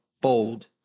bold